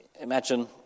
imagine